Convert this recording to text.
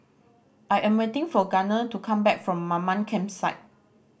I am waiting for Garner to come back from Mamam Campsite